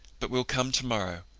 but we'll come tomorrow.